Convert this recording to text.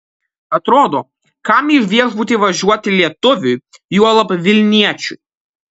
atrodo kam į viešbutį važiuoti lietuviui juolab vilniečiui